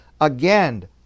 again